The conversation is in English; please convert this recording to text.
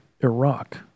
Iraq